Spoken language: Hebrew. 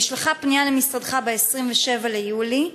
נשלחה פנייה למשרדך ב-27 ביולי,